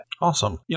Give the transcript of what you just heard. Awesome